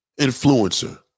influencer